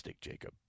Jacob